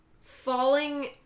falling